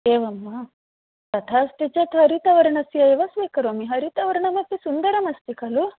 एवं वा तथा अस्ति चेत् हरितवर्णस्य एव स्वीकरोमि हरितवर्णमपि सुन्दरमस्ति खलु